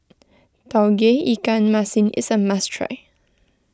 Tauge Ikan Masin is a must try